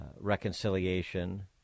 reconciliation